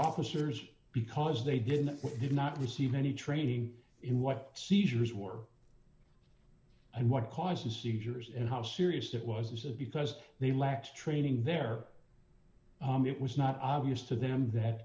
officers because they didn't they did not receive any training in what seizures were and what caused the seizures and how serious it was is that because they lacked training there it was not obvious to them that